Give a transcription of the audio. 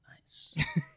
nice